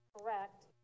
correct